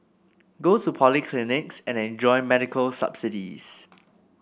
go to polyclinics and enjoy medical subsidies